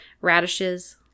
radishes